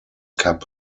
kap